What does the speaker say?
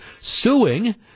suing